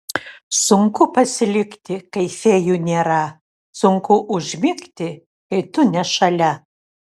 sunku pasilikti kai fėjų nėra sunku užmigti kai tu ne šalia